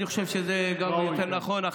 אני חושב שזה גם יותר נכון,